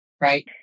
right